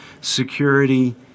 security